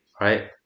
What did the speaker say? right